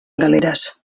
galeres